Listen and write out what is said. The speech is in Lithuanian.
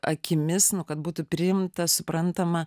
akimis nu kad būtų priimta suprantama